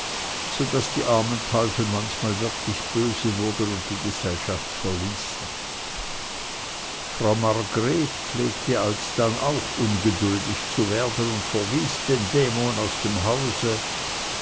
so daß die armen teufel manchmal wirklich böse wurden und die gesellschaft verließen frau margret pflegte alsdann auch ungeduldig zu werden und verwies den dämon aus dem hause